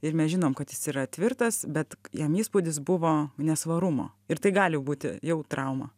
ir mes žinom kad jis yra tvirtas bet jam įspūdis buvo nesvarumo ir tai gali būti jau trauma